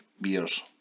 beers